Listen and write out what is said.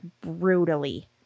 brutally